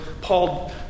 Paul